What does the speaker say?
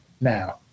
now